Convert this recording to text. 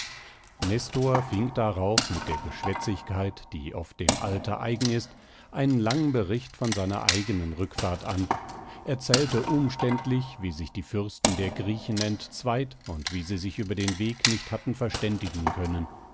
nestor fing darauf mit der geschwätzigkeit die oft dem alter eigen ist einen langen bericht von seiner eigenen rückfahrt an erzählte umständlich wie sich die fürsten der griechen entzweit und wie sie sich über den weg nicht hatten verständigen können